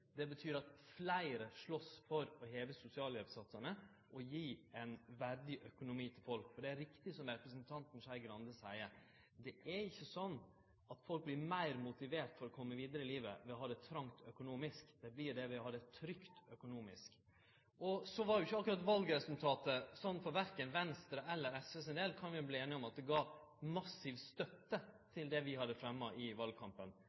Det betyr at fleire slåst for å heve sosialhjelpssatsane og gi ein verdig økonomi til folk. For det er riktig som representanten Skei Grande seier, det er ikkje sånn at folk vert meir motiverte til å kome vidare i livet ved å ha det trongt økonomisk. Dei blir det ved å ha det trygt økonomisk. Så var jo ikkje akkurat valresultatet sånn for verken Venstre eller SV sin del – kan vi verte einige om – at det gav massiv støtte til det vi hadde fremma i valkampen.